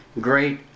great